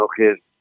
okay